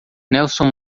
nelson